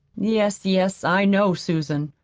yes, yes, i know, susan,